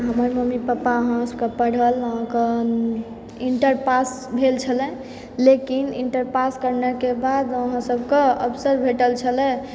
हमर mummy papa हमरासभके पढ़ेलाह हुनकर इन्टर पास भेल छलै लेकिन इन्टर पास करनेके बाद हमरासभके अवसर भेटल छलै